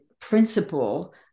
principle